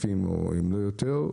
5,000 או אם לא יותר,